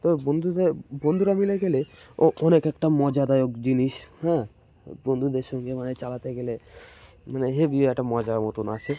তো বন্ধুদের বন্ধুরা মিলে গেলে ও অনেক একটা মজাদায়ক জিনিস হ্যাঁ বন্ধুদের সঙ্গে মানে চালাতে গেলে মানে হেভি একটা মজার মতন আছে